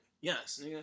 Yes